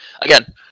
again